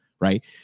right